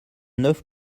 neuf